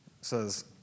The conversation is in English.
says